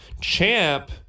Champ